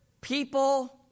people